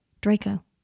Draco